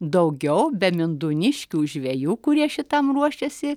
daugiau be mindūniškių žvejų kurie šitam ruošiasi